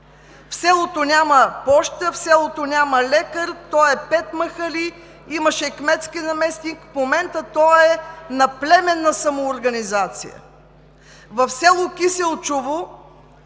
В селото няма поща. В селото няма лекар. То е с пет махали. Имаше кметски наместник. В момента то е на племенна самоорганизация. В село Киселчово